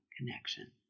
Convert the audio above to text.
connection